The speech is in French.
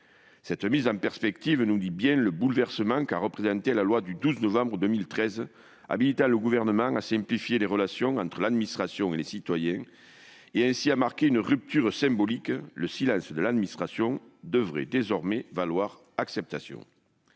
Cette mise en perspective nous dit bien le bouleversement qu'a représenté la loi du 12 novembre 2013 habilitant le Gouvernement à simplifier les relations entre l'administration et les citoyens, qui a marqué une rupture symbolique : le silence de l'administration devrait désormais valoir acceptation.